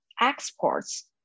Exports